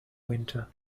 winter